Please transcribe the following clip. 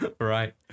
Right